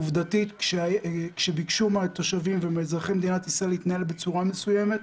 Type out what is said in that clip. עובדתית כשביקשו מהתושבים ומאזרחי מדינת ישראל להתנהג בצורה מסוימת,